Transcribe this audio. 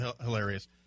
hilarious